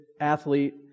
athlete